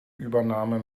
übernahme